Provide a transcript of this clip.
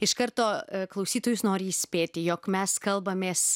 iš karto klausytojus nori įspėti jog mes kalbamės